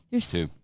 Two